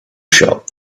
shop